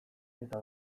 eta